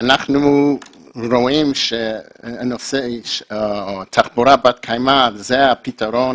אנחנו רואים שנושא תחבורה בת קיימא זה הפתרון